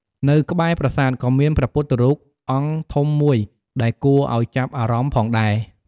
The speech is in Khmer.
នៅក្បែរប្រាសាទ ក៏មានព្រះពុទ្ធរូបអង្គធំមួយដែលគួរឱ្យចាប់អារម្មណ៍ផងដែរ។